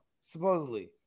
Supposedly